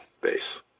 base